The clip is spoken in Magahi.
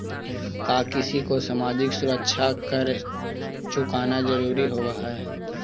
का किसी को सामाजिक सुरक्षा कर चुकाना जरूरी होवअ हई